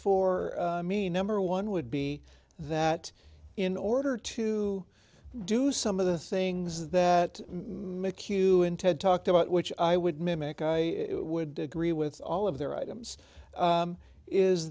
for me number one would be that in order to do some of the things that make you in ted talk about which i would mimic i would agree with all of their items